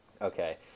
Okay